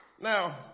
Now